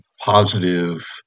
positive